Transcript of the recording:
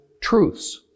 truths